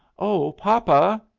oh, papa!